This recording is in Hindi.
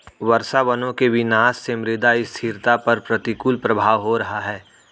वर्षावनों के विनाश से मृदा स्थिरता पर प्रतिकूल प्रभाव हो रहा है